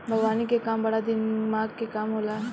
बागवानी के काम बड़ा दिमाग के काम होला